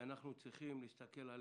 ואנחנו צריכים להסיר את